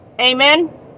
Amen